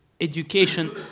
education